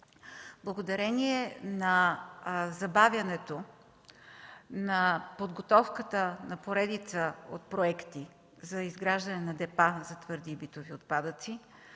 Благодарение на забавянето на подготовката на поредица от проекти за изграждане на депа за твърди и битови отпадъци